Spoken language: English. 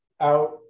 out